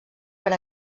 per